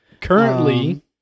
Currently